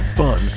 fun